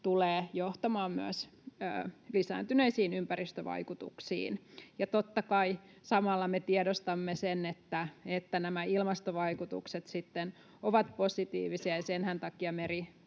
tulee johtamaan myös lisääntyneisiin ympäristövaikutuksiin. Ja totta kai samalla me tiedostamme sen, että nämä ilmastovaikutukset sitten ovat positiivisia, ja senhän takia